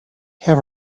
have